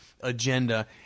agenda